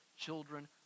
children